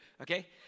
okay